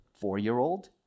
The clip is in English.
four-year-old